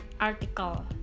article